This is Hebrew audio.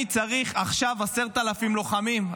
אני צריך עכשיו 10,000 לוחמים.